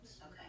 Okay